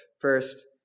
First